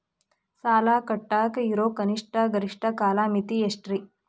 ಸಾಲ ಕಟ್ಟಾಕ ಇರೋ ಕನಿಷ್ಟ, ಗರಿಷ್ಠ ಕಾಲಮಿತಿ ಎಷ್ಟ್ರಿ?